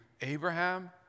Abraham